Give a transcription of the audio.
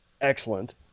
excellent